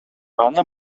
аны